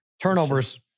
Turnovers